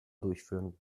durchführen